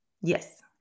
Yes